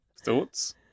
Thoughts